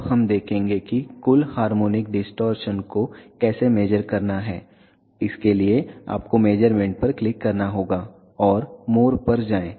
अब हम देखेंगे कि कुल हार्मोनिक डिस्टॉरशन को कैसे मेज़र करना है इसके लिए आपको मेज़रमेंट पर क्लिक करना होगा और मोर पर जाएं